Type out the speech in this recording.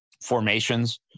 formations